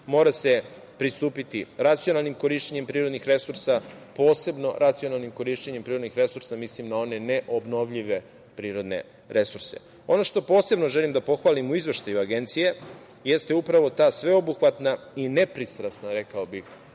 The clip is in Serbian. mora se pristupiti racionalnim korišćenjem prirodnih resursa, posebno racionalnim korišćenjem prirodnih resursa, mislim na one neobnovljive prirodne resurse. Ono što posebno želim da pohvalim u Izveštaju Agencije jeste upravo ta sveobuhvatna i nepristrasna, rekao bih,